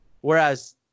whereas